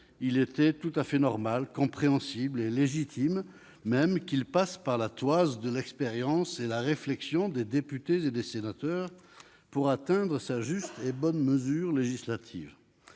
Il était donc tout à fait normal, compréhensible et légitime qu'il passe par la toise de l'expérience et de la réflexion des députés et des sénateurs pour atteindre sa juste et bonne mesure législative.